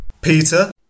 Peter